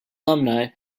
alumni